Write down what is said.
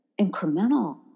incremental